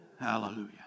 Hallelujah